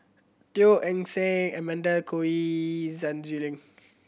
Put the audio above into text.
Teo Eng Seng Amanda Koe Lee Sun Xueling